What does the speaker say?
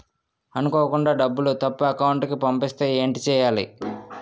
అనుకోకుండా డబ్బులు తప్పు అకౌంట్ కి పంపిస్తే ఏంటి చెయ్యాలి?